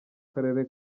karere